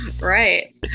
right